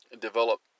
develop